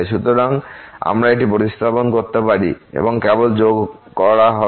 সুতরাং আমরা এটি প্রতিস্থাপন করতে পারি এটি কেবল যোগ করা হবে